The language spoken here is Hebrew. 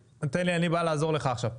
תן לי אני בא לעזור לך עכשיו.